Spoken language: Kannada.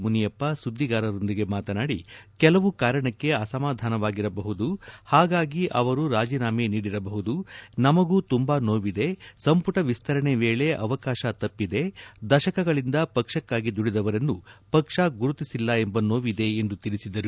ಮುನಿಯಪ್ಪ ಸುದ್ದಿಗಾರರೊಂದಿಗೆ ಮಾತನಾಡಿ ಕೆಲವು ಕಾರಣಕ್ಕೆ ಅಸಮಾಧಾನವಾಗಿರಬಹುದು ಹಾಗಾಗಿ ಅವರು ರಾಜೀನಾಮೆ ನೀಡಿರಬಹುದು ನಮಗೂ ತುಂಬಾ ನೋವಿದೆ ಸಂಪುಟ ವಿಸ್ತರಣೆ ವೇಳೆ ಅವಕಾಶ ತಪ್ಪಿದೆ ದಶಕಗಳಿಂದ ಪಕ್ಷಕ್ಕಾಗಿ ದುಡಿದವರನ್ನ ಪಕ್ಷ ಗುರುತಿಸಲಿಲ್ಲ ಎಂಬ ನೋವಿದೆ ಎಂದು ತಿಳಿಸಿದರು